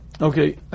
Okay